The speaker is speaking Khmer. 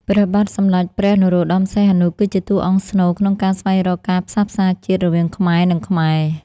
ព្រះបាទសម្តេចព្រះ នរោត្តម សីហនុ គឺជាតួអង្គស្នូលក្នុងការស្វែងរកការផ្សះផ្សាជាតិរវាងខ្មែរ និងខ្មែរ។